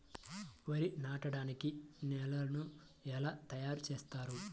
వరి నాటడానికి నేలను ఎలా తయారు చేస్తారు?